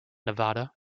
nevada